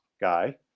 guy